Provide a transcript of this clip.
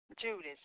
Judas